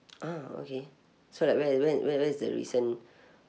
ah okay so like when when when when is the recent